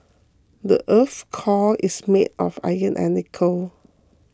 the earth's core is made of iron and nickel